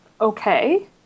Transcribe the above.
okay